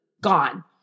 gone